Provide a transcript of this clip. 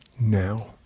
now